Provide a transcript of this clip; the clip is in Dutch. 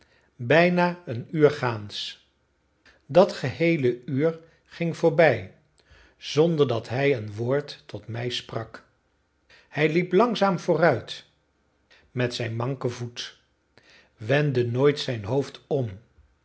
bijna een uur gaans dat geheele uur ging voorbij zonder dat hij een woord tot mij sprak hij liep langzaam vooruit met zijn manken voet wendde nooit zijn hoofd om